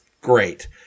great